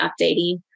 updating